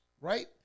right